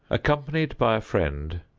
accompanied by a friend,